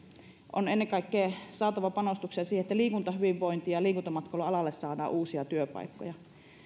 on ennen kaikkea saatava panostuksia siihen että liikuntahyvinvointi ja liikuntamatkailualoille saadaan uusia työpaikkoja